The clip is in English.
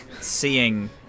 Seeing